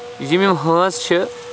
یِم یِم ہٲنز چھِ